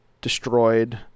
destroyed